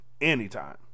Anytime